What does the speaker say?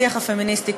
בשיח הפמיניסטי,